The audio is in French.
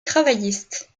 travailliste